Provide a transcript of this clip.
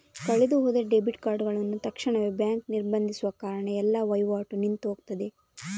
ಕಳೆದು ಹೋದ ಡೆಬಿಟ್ ಕಾರ್ಡುಗಳನ್ನ ತಕ್ಷಣವೇ ಬ್ಯಾಂಕು ನಿರ್ಬಂಧಿಸುವ ಕಾರಣ ಎಲ್ಲ ವೈವಾಟು ನಿಂತು ಹೋಗ್ತದೆ